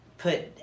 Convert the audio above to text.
put